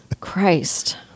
Christ